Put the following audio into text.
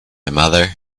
mother